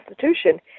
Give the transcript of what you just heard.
Constitution